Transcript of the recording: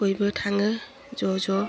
बयबो थाङो ज' ज'